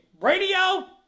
radio